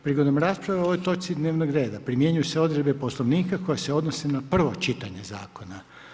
Prigodom rasprave o ovoj točki dnevnog reda primjenjuju se odredbe Poslovnika koje se odnose na prvo čitanje zakona.